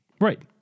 Right